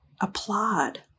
applaud